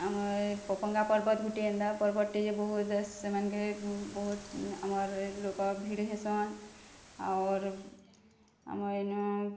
ଆମର ଏ ପପଙ୍ଗା ପର୍ବତ ଗୋଟେ ଏମ୍ତା ପର୍ବତଟେ ବହୁତ୍ ସେମାନଙ୍କେ ବହୁତ୍ ଆମର୍ ଲୋକ୍ ଭିଡ଼୍ ହେସନ୍ ଅର୍ ଆମର୍ ଏଇନୁ